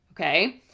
Okay